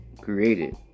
created